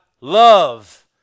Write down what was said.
love